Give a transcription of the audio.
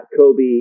kobe